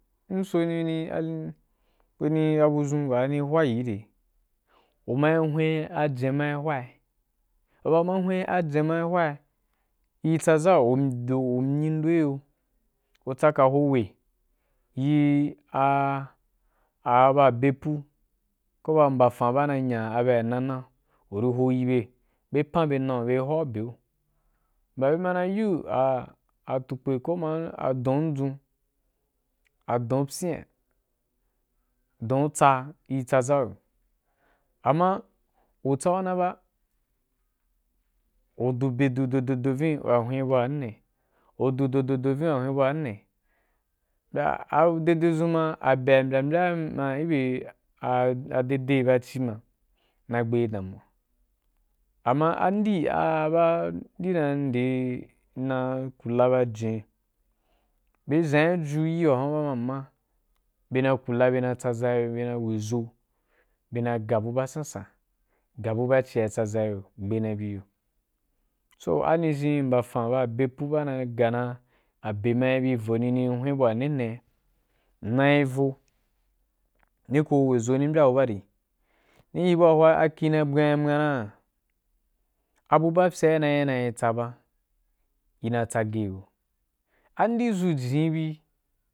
M soni wani budʒun waa nī hwayi gi re. U mai hwen ajen mai hwai ri tsaʒan yo u do u myi do giyo u’tsaka ho yi a a aba abepu ko ba mbafan ba na nya byena be nau be hwau beu mbya bema na yiu atukpe ko ma adon ndʒun adon pyina adon atsara ri tsaʒau yo amma u tsau na ba u du be dudu du vinnī u ya hwen bu wa ne ne, u du du du du vinni u ya hwen abu wa ne ne ne mbya adedu dʒun ma abe wa mbya mbya gi be a dade baci ma na gbe damuwa amma andi a baa ni na kula ba jen be ʒam be ju yii wa huan ba ma amma bena tsaʒai yo bena weʒo bena gabu ba sansan, gabu ba ci wari tsaʒa yo gbena biyo so ani ʒhen mbyan ba abe pu banal ga dan abe ma be vonni ni hwen bua ne ne m nai vo ni ko weʒoh ni mbya abu baari ni yi bua hwa akhi nai bwain mwamwa na? Abu baa fyea dan i tsa ba ina tsage gu andi dʒu jinni bi.